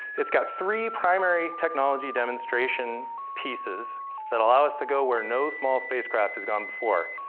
it's got three primary technology demonstration pieces that allow us to go where no small spacecraft has gone before,